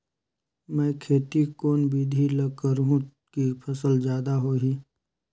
मै खेती कोन बिधी ल करहु कि फसल जादा होही